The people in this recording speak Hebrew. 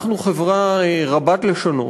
אנחנו חברה רבת-לשונות.